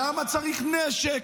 למה צריך נשק?